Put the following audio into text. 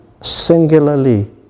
singularly